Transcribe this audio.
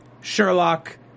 Sherlock